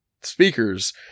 speakers